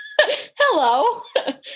hello